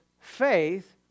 faith